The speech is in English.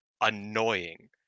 annoying